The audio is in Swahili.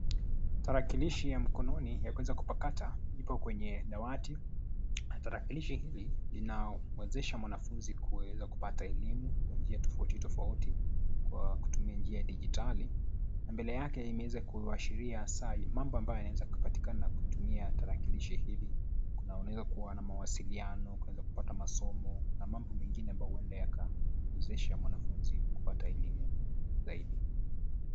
Tarakilishi ya mkononi yakuweza kupakata ipo kwenye dawati, tarakilishi hili linamwezesha mwanafunzi kuweza kupata elimu, kwa njia tofauti tofauti, kwa kutumia njia ya dijitali, mbele yake imeweza kuashiria saa mambo ambayo yanaweza kapatikana kutumia tarakilishi hili, kunaoneka kuwa na mawasiliano, kuweza kupata masomo na mambo mengine ambayo huenda yaka, mwezesha mwanafunzi kupata elimu, zaidi.